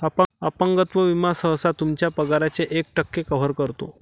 अपंगत्व विमा सहसा तुमच्या पगाराच्या एक टक्के कव्हर करतो